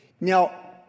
Now